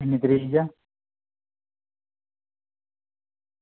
किन्नी तरीक ऐ